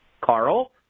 Carl